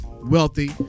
wealthy